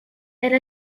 elle